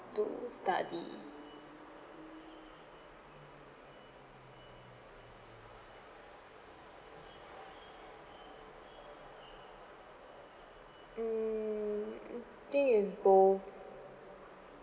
do study mm I think it's both